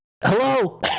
Hello